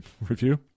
review